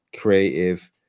creative